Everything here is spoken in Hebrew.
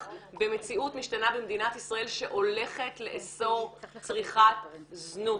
במציאות משתנה במדינת ישראל שהולכת לאסור צריכת זנות.